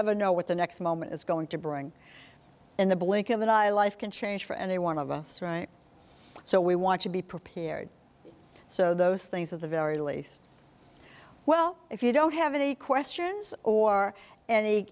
ever know what the next moment is going to bring in the blink of an eye life can change for any one of us right so we want to be prepared so those things of the very least well if you don't have any questions or any